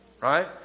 right